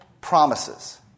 promises